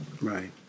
Right